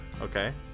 okay